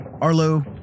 Arlo